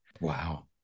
Wow